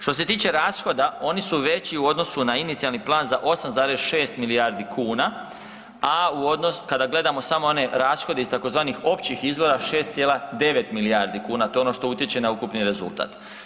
Što se tiče rashoda oni su veći i odnosu na inicijalni plan za 8,6 milijardi kuna, a u odnosu kada gledamo samo one rashode iz tzv. općih izvora 6,9 milijardi kuna, to je ono što utječe na ukupni rezultat.